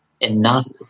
enough